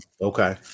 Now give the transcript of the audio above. Okay